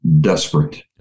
desperate